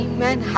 Amen